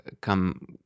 come